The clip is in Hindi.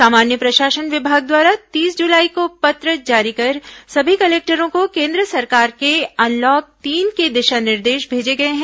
सामान्य प्रशासन विभाग द्वारा तीस जुलाई को पत्र जारी कर सभी कलेक्टरों को केन्द्र सरकार के अनलॉक तीन के दिशा निर्देश भेजे गए हैं